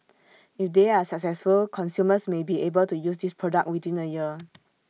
if they are successful consumers may be able to use this product within A year